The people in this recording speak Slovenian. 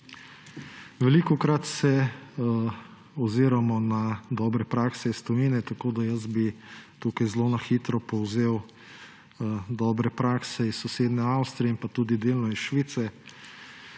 Velikokrat se oziramo na dobre prakse iz tujine, zato bi tukaj zelo na hitro povzel dobre prakse iz sosednje Avstrije in tudi delno iz Švice.